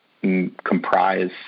comprise